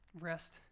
Rest